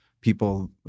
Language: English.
people